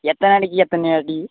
எத்தனை அடிக்கு எத்தனை அடி